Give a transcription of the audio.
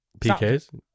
PKs